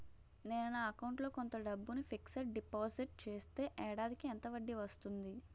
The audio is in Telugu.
నేను నా అకౌంట్ లో కొంత డబ్బును ఫిక్సడ్ డెపోసిట్ చేస్తే ఏడాదికి ఎంత వడ్డీ వస్తుంది?